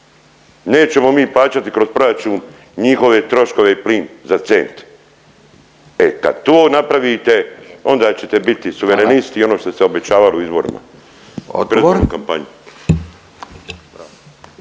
Nećemo mi plaćati kroz proračun njihove troškove plin za cent. E kad to napravite, onda ćete biti suverenisti … .../Upadica: Hvala./... i ono što se obećavali u izborima